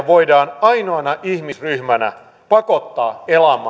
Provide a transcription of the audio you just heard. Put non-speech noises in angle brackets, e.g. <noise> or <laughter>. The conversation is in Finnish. <unintelligible> voidaan ainoana ihmisryhmänä pakottaa